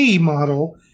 model